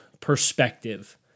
perspective